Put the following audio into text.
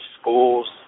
schools